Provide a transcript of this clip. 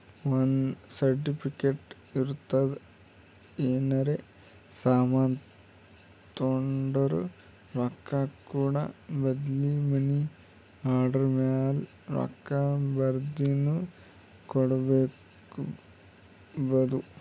ಒಂದ್ ಸರ್ಟಿಫಿಕೇಟ್ ಇರ್ತುದ್ ಏನರೇ ಸಾಮಾನ್ ತೊಂಡುರ ರೊಕ್ಕಾ ಕೂಡ ಬದ್ಲಿ ಮನಿ ಆರ್ಡರ್ ಮ್ಯಾಲ ರೊಕ್ಕಾ ಬರ್ದಿನು ಕೊಡ್ಬೋದು